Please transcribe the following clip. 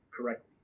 correctly